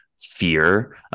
Fear